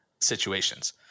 situations